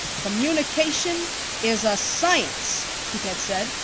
communication is a science! he had said,